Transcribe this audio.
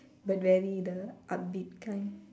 but very the upbeat kind